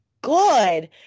good